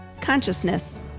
consciousness